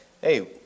Hey